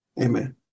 Amen